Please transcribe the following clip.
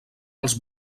els